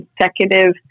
consecutive